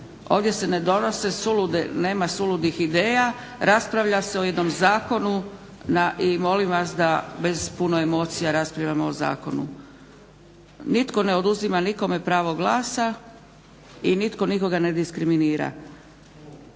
Ovdje se ne donose sulude, nema suludih ideja, raspravlja se o jednom zakonu i molim vas da bez puno emocija raspravljamo o zakonu. Nitko ne oduzima nikome pravo glasa i nitko nikoga ne diskriminira.